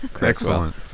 Excellent